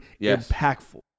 impactful